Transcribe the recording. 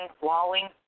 walling